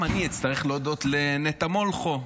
גם אני אצטרך להודות לנטע מולכו,